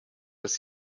dass